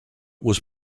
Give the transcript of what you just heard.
was